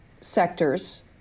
sectors